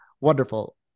Wonderful